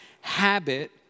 habit